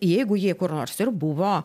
jeigu jie kur nors ir buvo